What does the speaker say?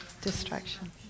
distraction